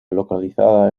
localizada